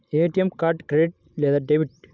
ATM card credit లేదా debit?